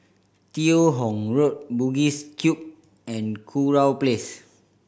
Teo Hong Road Bugis Cube and Kurau Pace